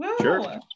Sure